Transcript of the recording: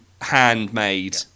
handmade